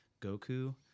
Goku